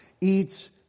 eats